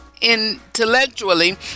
intellectually